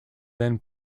then